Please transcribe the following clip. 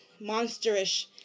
monsterish